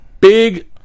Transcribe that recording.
Big